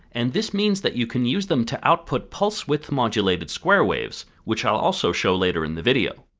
and this means that you can use them to output pulse width modulated square waves, which i will also show later in the video.